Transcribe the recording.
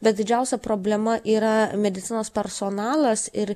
bet didžiausia problema yra medicinos personalas ir